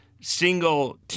single